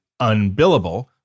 UNBillable